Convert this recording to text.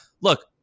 look